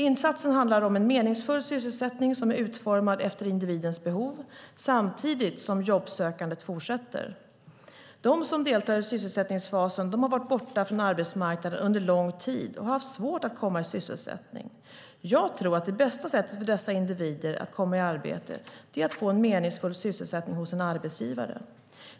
Insatsen handlar om en meningsfull sysselsättning som är utformad efter individens behov, samtidigt som jobbsökandet fortsätter. De som deltar i sysselsättningsfasen har varit borta från arbetsmarknaden under lång tid och har haft svårt att komma i sysselsättning. Jag tror att det bästa sättet för dessa individer att komma i arbete är att få en meningsfull sysselsättning hos en arbetsgivare.